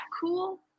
cool